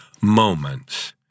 moments